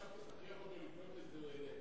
עכשיו תכריח אותו לבנות דירות קטנות?